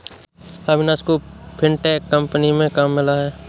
अविनाश को fintech company में काम मिला है